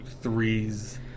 threes